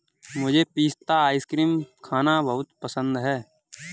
मुझे पिस्ता आइसक्रीम खाना बहुत पसंद है